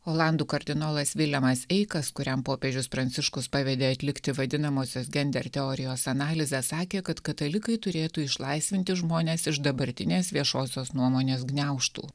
olandų kardinolas vilemas eikas kuriam popiežius pranciškus pavedė atlikti vadinamosios gender teorijos analizę sakė kad katalikai turėtų išlaisvinti žmones iš dabartinės viešosios nuomonės gniaužtų